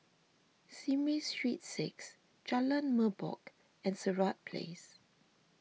Simei Street six Jalan Merbok and Sirat Place